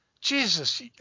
Jesus